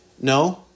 No